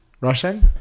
Russian